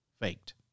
faked